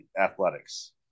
athletics